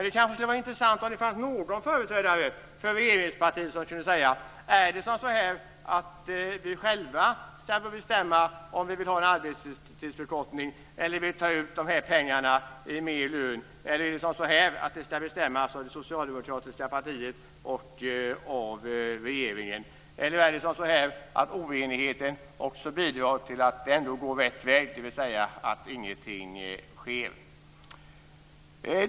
Det kanske skulle vara intressant om någon företrädare för regeringspartiet kunde säga så här: Vi själva får bestämma om vi vill ha en arbetstidsförkortning eller ta ut de här pengarna i mer lön. Eller är det så att det ska bestämmas av det socialdemokratiska partiet och av regeringen? Eller är det så att oenigheten också bidrar till att det ändå går rätt väg, dvs. att ingenting sker?